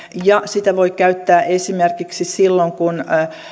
ja sitä voi käyttää esimerkiksi silloin kun